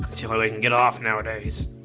till he can get off nowadays,